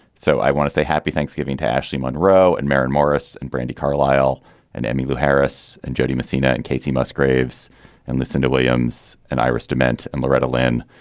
so i want to say happy thanksgiving to ashley monroe and marin morris and brandi carlile and emmylou harris and jody masina and kacey musgraves and lucinda williams and iris dement and loretta lynn.